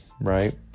Right